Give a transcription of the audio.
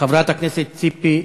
חברת הכנסת ציפי,